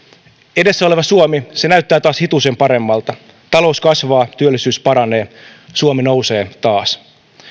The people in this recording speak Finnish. edessä oleva suomi näyttää taas hitusen paremmalta talous kasvaa ja työllisyys paranee suomi nousee taas